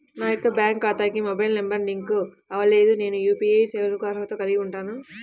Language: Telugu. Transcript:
నా యొక్క బ్యాంక్ ఖాతాకి మొబైల్ నంబర్ లింక్ అవ్వలేదు నేను యూ.పీ.ఐ సేవలకు అర్హత కలిగి ఉంటానా?